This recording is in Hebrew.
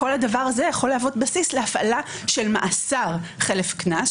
כל הדבר הזה יכול להוות בסיס להפעלה של מאסר חלף קנס,